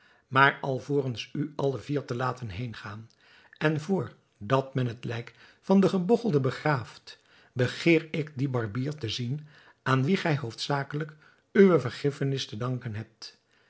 maar alvorens u alle vier te laten heêngaan en vr dat men het lijk van den gebogchelde begraaft begeer ik dien barbier te zien aan wien gij hoofdzakelijk uwe vergiffenis te danken hebt